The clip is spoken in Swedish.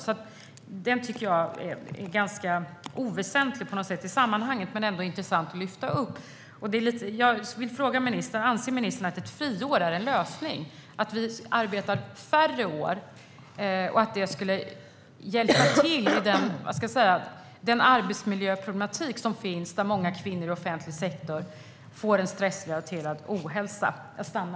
Detta tycker jag är något oväsentligt i sammanhanget, men det är ändå intressant att lyfta fram. Anser ministern att ett friår är en lösning, alltså att vi jobbar färre år, och att det skulle vara till hjälp när det gäller den arbetsmiljöproblematik som finns där många kvinnor i offentlig sektor får en stressrelaterad ohälsa?